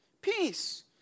peace